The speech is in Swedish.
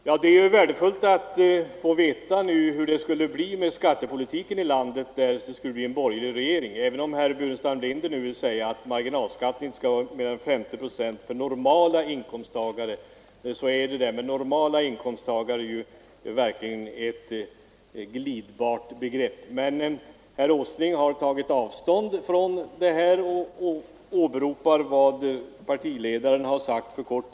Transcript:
Herr talman! Det är värdefullt att få veta hur skattepolitiken skulle bli i landet därest vi skulle få en borgerlig regering. Även om herr Burenstam Linder nu säger att marginalskatten inte skall vara mer än 50 procent för normala inkomsttagare så är begreppet normala inkomsttagare synner ligen glidande. Herr Åsling har tagit avstånd från detta och åberopar vad hans partiledare sagt nyligen.